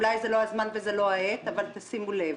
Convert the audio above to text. אולי זה לא הזמן ולא העת, אבל שימו לב: